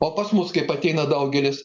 o pas mus kaip ateina daugelis